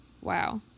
wow